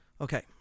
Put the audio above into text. Okay